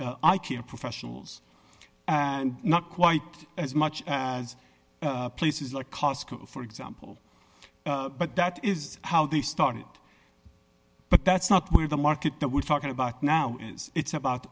i care professionals and not quite as much as places like costco for example but that is how they started but that's not where the market that we're talking about now is it's about